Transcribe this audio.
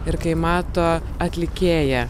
ir kai mato atlikėją